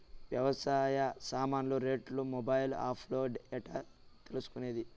వ్యవసాయ సామాన్లు రేట్లు మొబైల్ ఆప్ లో ఎట్లా తెలుసుకునేది?